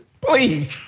please